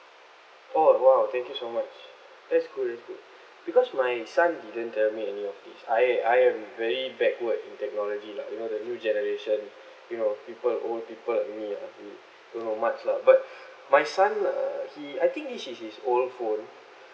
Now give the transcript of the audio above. oh !wow! thank you so much that's good that's good because my son didn't tell me any of this I am I am very backward in technology lah you know the new generation you know people old people like me ah we don't know much lah but my son uh he I think this is his old phone